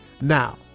Now